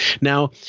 Now